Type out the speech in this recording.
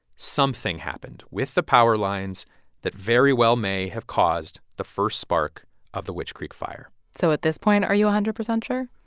something happened with the power lines that very well may have caused the first spark of the witch creek fire so at this point, are you one hundred percent sure?